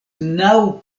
naŭ